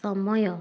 ସମୟ